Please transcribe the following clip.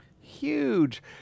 huge